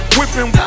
Whipping